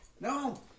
No